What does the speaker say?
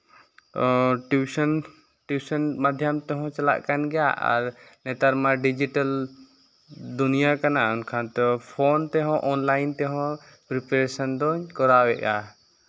tuition tuition ᱢᱟᱫᱫᱷᱚᱢ ᱛᱮᱦᱚᱸ ᱪᱟᱞᱟᱜ ᱠᱟᱱ ᱜᱮᱭᱟ ᱟᱨ ᱱᱮᱛᱟᱨ ᱢᱟ ᱰᱤᱡᱤᱴᱮᱞ ᱫᱩᱱᱤᱭᱟᱹ ᱠᱟᱱᱟ ᱮᱱᱠᱷᱟᱱ ᱫᱚ ᱯᱷᱳᱱ ᱛᱮᱦᱚᱸ ᱚᱱᱞᱟᱭᱤᱱ ᱛᱮᱦᱚᱸ ᱯᱨᱤᱯᱟᱨᱮᱥᱮᱱ ᱫᱚᱧ ᱠᱚᱨᱟᱣ ᱮᱫᱼᱟ